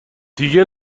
دیگه